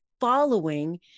Following